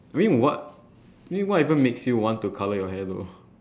I mean what what even makes you want to colour your hair though